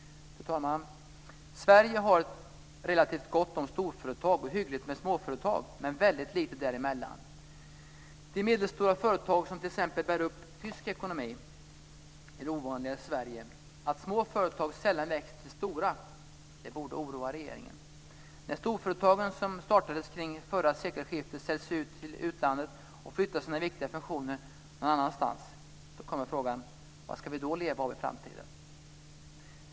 Fru talman! Sverige har relativt gott om storföretag och hyggligt med småföretag men väldigt lite däremellan. De medelstora företag som t.ex. bär upp tysk ekonomi är ovanliga i Sverige. Att små företag sällan växer till stora borde oroa regeringen. När storföretagen som startades kring förra sekelskiftet säljs till utlandet och flyttar sina viktiga funktioner någon annanstans, vad ska vi då leva av i framtiden?